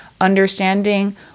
understanding